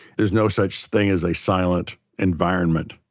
there's no such thing as a silent environment.